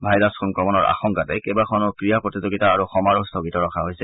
virus সংক্ৰমণৰ আশংকাতে কেইবাখনো ক্ৰীড়া প্ৰতিযোগিতা আৰু সমাৰোহ স্থগিত ৰখা হৈছে